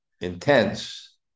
intense